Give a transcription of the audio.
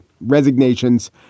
Resignation's